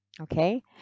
okay